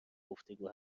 گفتگو